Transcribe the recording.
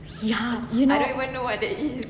ya